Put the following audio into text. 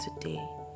today